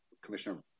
commissioner